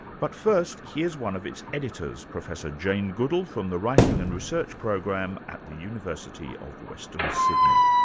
but first, here's one of its editors, professor jane goodall, from the writing and research program at the university of western sydney.